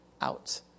out